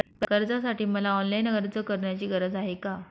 कर्जासाठी मला ऑनलाईन अर्ज करण्याची गरज आहे का?